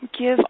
give